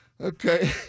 Okay